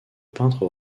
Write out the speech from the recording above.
peintre